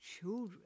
children